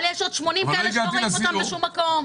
אבל יש עוד 80 כאלה שלא רואים אותם בשום מקום.